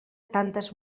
tantes